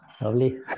Lovely